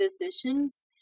decisions